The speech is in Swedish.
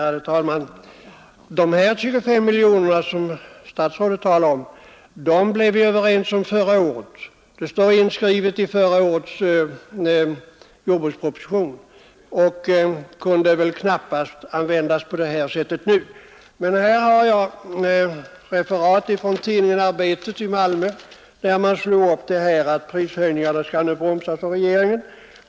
Ärade talman! De här 25 miljonerna som statsrådet talar om blev vi överens om förra året; det står inskrivet i förra årets jordbruksproposition, och de kan väl knappast användas på det här sättet nu. Men jag har ett referat från tidningen Arbetet i Malmö, där man slår upp nyheten att prishöjningarna nu skall bromsas av regeringen.